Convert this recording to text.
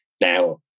Now